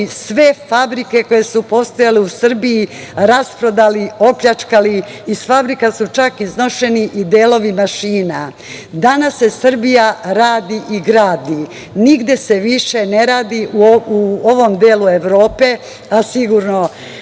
sve fabrike koje su postojale u Srbiji, rasprodali, opljačkali. Iz fabrika su čak iznošeni i delovi mašina. Danas se Srbija radi i gradi. Nigde se više ne radi u ovom delu Evrope, a sigurno